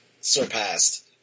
surpassed